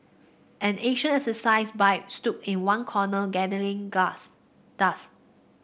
an ancient exercise bike stood in one corner gathering gust dust